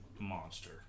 monster